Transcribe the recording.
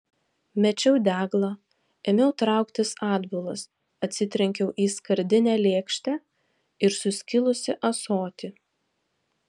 mečiau deglą ėmiau trauktis atbulas atsitrenkiau į skardinę lėkštę ir suskilusį ąsotį